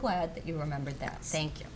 glad that you remember that sank you